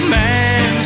man